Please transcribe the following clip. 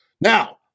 Now